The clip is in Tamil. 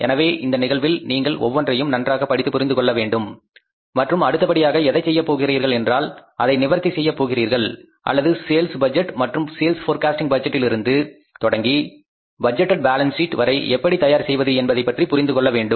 எனவே இந்த நிகழ்வில் நீங்கள் ஒவ்வொன்றையும் நன்றாக படித்து புரிந்து கொள்ள வேண்டும் மற்றும் அடுத்தபடியாக எதைச் செய்யப் போகிறீர்கள் என்றால் அதை நிவர்த்தி செய்யப் போகிறீர்கள் அல்லது சேல்ஸ் பட்ஜெட் மற்றும் சேல்ஸ் போர்க்காஸ்ட்டிங் பட்ஜெட்டிலிருந்து தொடங்கி பட்ஜெட்டேட் பாலன்ஸ் சீட் வரை எப்படி தயார் செய்வது என்பதைப்பற்றி புரிந்து கொள்ள வேண்டும்